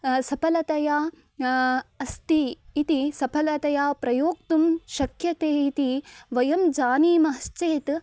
सफलतया अस्ति इति सफलतया प्रयोक्तुं शक्यते इति वयं जानीश्चेत्